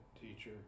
teacher